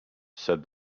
said